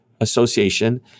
association